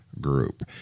group